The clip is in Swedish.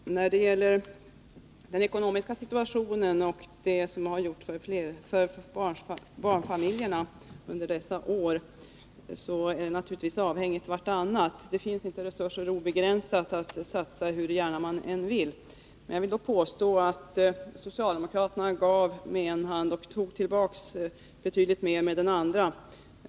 Herr talman! När det gäller den ekonomiska situationen och det som har gjorts för barnfamiljerna under dessa år är dessa faktorer naturligtvis avhängiga av varandra. Det finns inte obegränsade resurser att satsa, hur gärna man än vill. Jag vill dock påstå att socialdemokraterna gav med en hand och tog tillbaka betydligt mer med den andra.